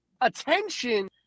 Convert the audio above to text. attention